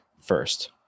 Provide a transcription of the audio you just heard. first